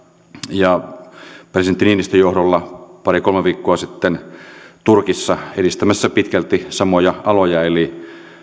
ja presidentti niinistön johdolla pari kolme viikkoa sitten turkissa edistämässä pitkältä samoja aloja eli